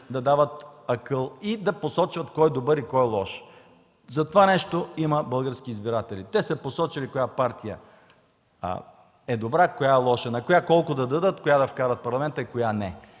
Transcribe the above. да дават акъл и да посочват кой е добър и кой е лош – за това нещо има български избиратели. Те са посочили коя партия е добра, коя е лоша, на коя колко да дадат, коя да вкарат в Парламента и коя – не.